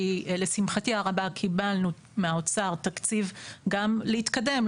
כי לשמחתי הרבה קיבלנו מהאוצר תקציב גם להתקדם,